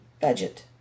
budget